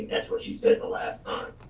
that's what she said the last time.